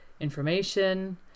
information